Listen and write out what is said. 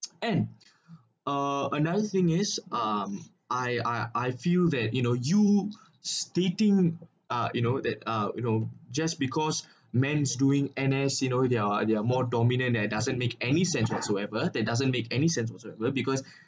and uh another thing is um I I I feel that you know you stating uh you know that uh you know just because men's doing N_S you know they're they're more dominant that doesn't make any sense whatsoever that doesn't make any sense whatsoever because